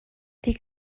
die